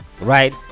right